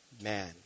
man